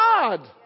God